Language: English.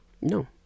No